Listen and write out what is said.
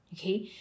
okay